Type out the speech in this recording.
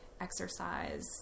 exercise